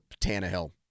Tannehill